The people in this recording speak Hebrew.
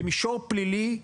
במישור הפלילי,